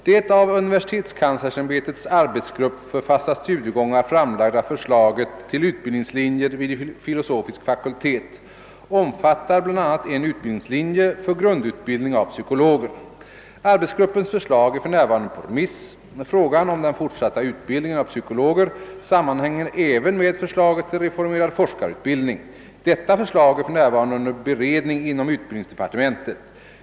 Det av universitetskanslersämbetets arbetsgrupp för fasta studiegångar framlagda förslaget till utbildningslinjer vid filosofisk fakultet omfattar bl.a. en utbildningslinje för grundutbildning av psykologer. Arbetsgruppens förslag är f.n. på remiss. Frågan om den fortsatta utbildningen av psykologer sammanhänger även med förslaget till reformerad forskarutbildning. Detta förslag är f.n. under beredning inom utbildningsdepartementet.